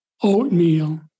oatmeal